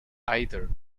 either